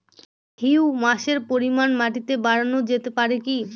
হিউমাসের পরিমান মাটিতে বারানো যেতে পারে কি?